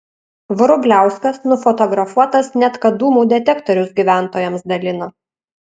vrubliauskas nufotografuotas net kad dūmų detektorius gyventojams dalina